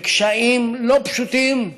בקשיים לא פשוטים,